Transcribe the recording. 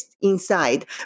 inside